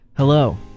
Hello